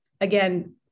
again